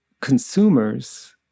consumers